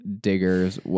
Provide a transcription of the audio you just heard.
diggers